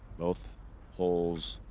both holes,